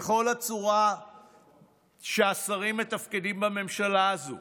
בכל הצורה שהשרים מתפקדים בממשלה הזו,